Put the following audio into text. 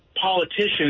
politicians